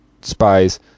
spies